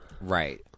Right